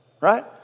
right